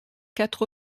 quatre